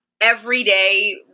everyday